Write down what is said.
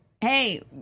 hey